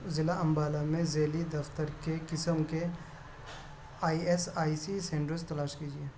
ضلع امبالہ میں ذیلی دفتر کے قسم کے I S I C centres تلاش کیجیے